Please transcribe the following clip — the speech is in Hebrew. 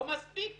לא מספיק?